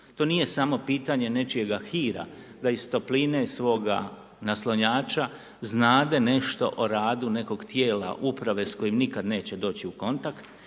To nije samo pitanje nečijega hira da iz topline svoga naslonjača znade nešto o radu nekog Tijela, uprave s kojim nikada neće doći u kontakt,